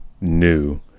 new